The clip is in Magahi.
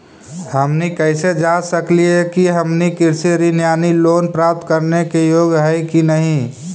हमनी कैसे जांच सकली हे कि हमनी कृषि ऋण यानी लोन प्राप्त करने के योग्य हई कि नहीं?